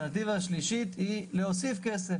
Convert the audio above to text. האלטרנטיבה השלישית היא להוסיף כסף.